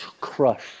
crush